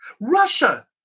Russia